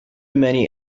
many